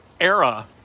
era